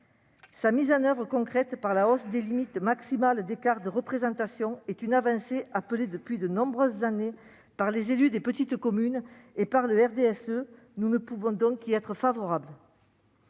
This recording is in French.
Sa mise en oeuvre concrète, par la hausse des limites maximales d'écart de représentation, est une avancée appelée depuis de nombreuses années par les élus des petites communes et par le RDSE. Nous ne pouvons donc qu'y être favorables.